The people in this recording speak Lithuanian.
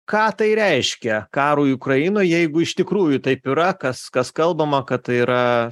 ką tai reiškia karui ukrainoj jeigu iš tikrųjų taip yra kas kas kalbama kad yra